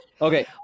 Okay